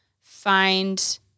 find